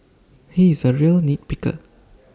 he is A real nit picker